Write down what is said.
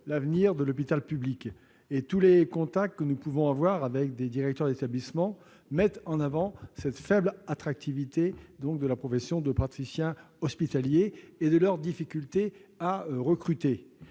l'avenir de l'hôpital public. Dans tous les contacts que nous avons pu avoir avec eux, les directeurs d'établissement ont mis en avant cette faible attractivité de la profession de praticien hospitalier et leurs difficultés à recruter.